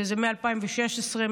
וזה מ-2016,